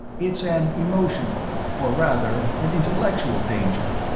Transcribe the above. it's an emotional or rather an intellectual danger.